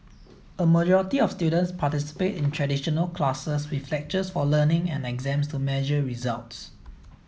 a majority of students participate in traditional classes with lectures for learning and exams to measure results